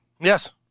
yes